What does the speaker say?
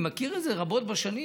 אני מכיר את זה רבות בשנים,